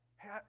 hey